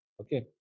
Okay